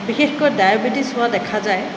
বিশেষকৈ ডায়েবেটিছ হোৱা দেখা যায়